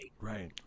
right